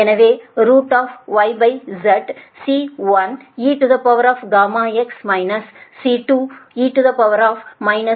எனவே yz C1eγx C2e γx